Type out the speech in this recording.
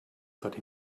that